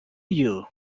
you